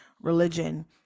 religion